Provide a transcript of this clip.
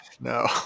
No